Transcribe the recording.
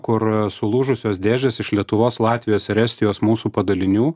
kur sulūžusios dėžės iš lietuvos latvijos ir estijos mūsų padalinių